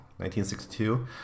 1962